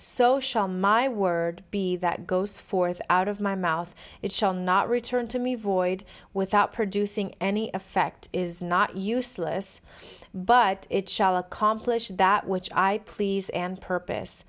shall my word be that goes forth out of my mouth it shall not return to me void without producing any effect is not useless but it shall accomplish that which i please and purpose